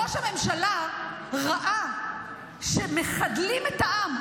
ראש הממשלה ראה שמחַדלים את העם,